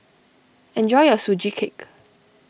enjoy your Sugee Cake